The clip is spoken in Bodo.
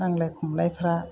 नांलाय खमलायफ्रा